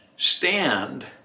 stand